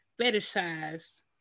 fetishize